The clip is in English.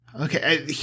Okay